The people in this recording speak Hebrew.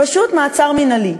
פשוט מעצר מינהלי.